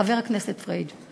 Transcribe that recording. חבר הכנסת פריג'.